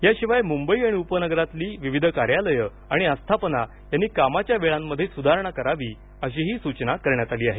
याशिवाय मुंबई आणि उपनगरातली विविध कार्यालयं आणि आस्थापना यांनी कामाच्या वेळांमध्ये सुधारणा करावी अशीही सूचना करण्यात आली आहे